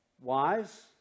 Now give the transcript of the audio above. Wise